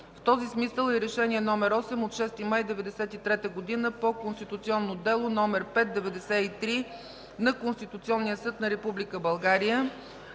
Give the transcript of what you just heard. В този смисъл е Решение № 8 от 6 май 1993 г. по Конституционно дело № 5/93 на Конституционния съд на